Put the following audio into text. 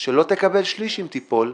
שלא תקבל שליש אם תיפול,